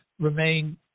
remain